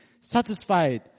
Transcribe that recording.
satisfied